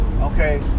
Okay